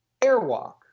Airwalk